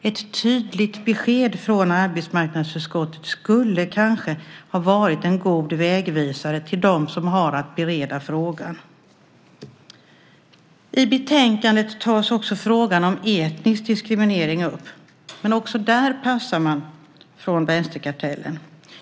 Ett tydligt besked från arbetsmarknadsutskottet skulle kanske ha varit en god vägvisare till dem som har att bereda frågan. I betänkandet tas också frågan om etnisk diskriminering upp, men också där passar man från vänsterkartellen.